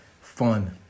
fun